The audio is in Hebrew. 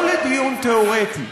לא לדיון תיאורטי,